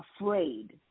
afraid